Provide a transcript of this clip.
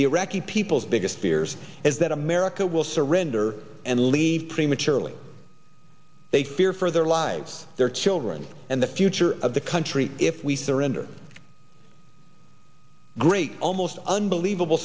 the iraqi people's biggest fears is that america will surrender and leave prematurely they fear for their lives their children and the future of the country if we surrender great almost unbelievable